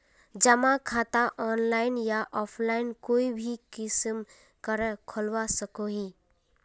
जमा खाता ऑनलाइन या ऑफलाइन कोई भी किसम करे खोलवा सकोहो ही?